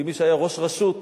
ומי שהיה ראש רשות.